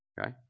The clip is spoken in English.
Okay